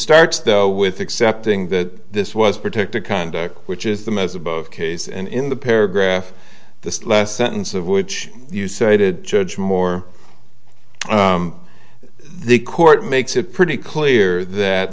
starts though with accepting that this was protected conduct which is the most above case and in the paragraph the last sentence of which you cited judge moore the court makes it pretty clear that